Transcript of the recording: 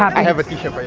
i have a t-shirt for you.